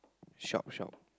shock shock